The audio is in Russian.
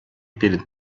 перед